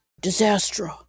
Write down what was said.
Disaster